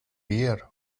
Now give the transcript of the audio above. dear